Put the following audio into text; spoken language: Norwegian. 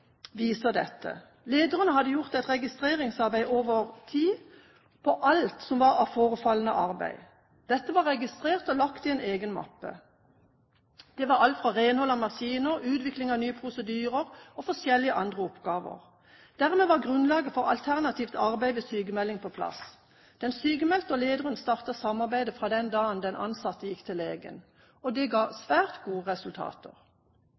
dette. Lederen hadde gjort et registreringsarbeid over tid av alt som var av forefallende arbeid. Dette var registrert og lagt i en egen mappe. Det var alt fra renhold av maskiner, utvikling av nye prosedyrer og forskjellig andre oppgaver. Dermed var grunnlaget for alternativt arbeid ved sykmelding på plass. Den sykmeldte og lederen startet samarbeidet fra den dagen den ansatte gikk til legen. Det ga svært gode resultater.